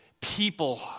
people